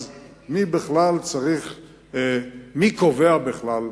אז מי קובע בכלל?